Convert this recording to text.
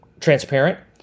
transparent